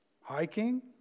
hiking